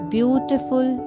Beautiful